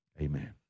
Amen